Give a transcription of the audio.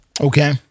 Okay